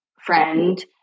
friend